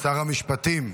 שר המשפטים.